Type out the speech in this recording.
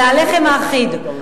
אלא הלחם האחיד,